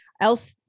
else